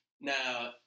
Now